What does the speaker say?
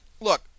look